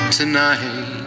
tonight